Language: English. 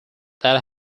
that